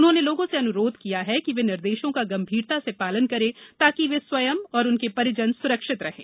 उन्होंने लोगों से अनुरोध किया कि वे निर्देशों का गंभीरता से पालन करें ताकि वे स्वयं और उनके परिजन सुरक्षित रहें